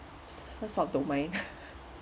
first I don't mind